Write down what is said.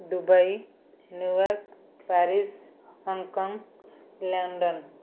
Dubai New York Paris Hong Kong London